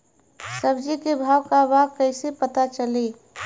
सब्जी के भाव का बा कैसे पता चली?